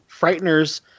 Frighteners